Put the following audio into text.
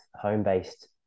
home-based